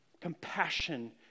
Compassion